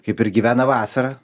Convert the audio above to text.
kaip ir gyvena vasarą